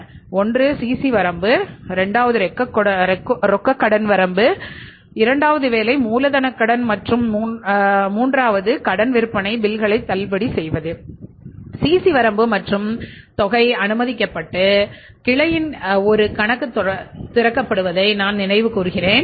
commercial பேபர்ஒன்று CC வரம்பு ரொக்க கடன் வரம்பு இரண்டாவது வேலை மூலதனக் கடன் மற்றும் மூன்றாவது கடன் விற்பனை பில்களை தள்ளுபடி செய்வது சிசி வரம்பு மற்றும் தொகை அனுமதிக்கப்பட்டு கிளையின் கிளையில் ஒரு கணக்கு திறக்கப்படுவதை நான் நினைவு கூர்கிறேன்